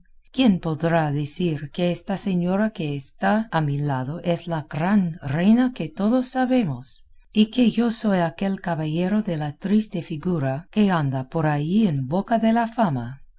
quién podrá decir que esta señora que está a mi lado es la gran reina que todos sabemos y que yo soy aquel caballero de la triste figura que anda por ahí en boca de la fama